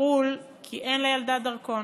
בחו"ל כי אין לילדה דרכון.